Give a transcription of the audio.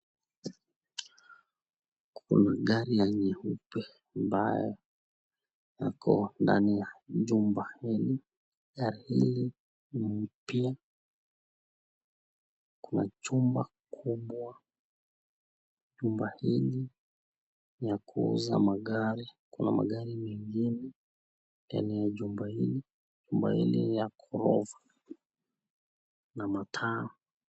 Kuna gari jeupe ambayo iko ndani ya jumba hili, gari hili ni mpya kwa jumba kubwa, jumba hili ni ya kuuza magari ,kuna magari mengine ndani ya jumba hili jumba hili ya gorofa na mataa.